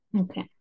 Okay